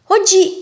Oggi